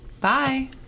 Bye